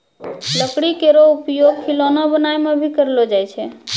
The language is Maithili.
लकड़ी केरो उपयोग खिलौना बनाय म भी करलो जाय छै